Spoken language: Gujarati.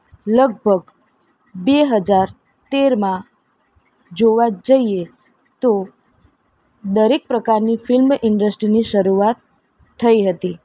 લગભગ બે હજાર તેરમાં જોવા જઈએ તો દરેક પ્રકારની ફિલ્મ ઇન્ડસ્ટ્રીની શરૂઆત થઇ હતી